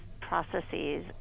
processes